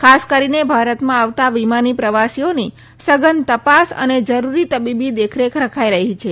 ખાસ કરીને ભારતમાં આવતાં વિમાની પ્રવાસીઓની સઘન તપાસ અને જરૂરી તબીબી દેખરેખ રખાઇ રહી છે